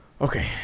Okay